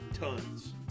tons